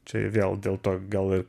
čia vėl dėl to gal